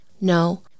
No